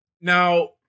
Now